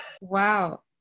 Wow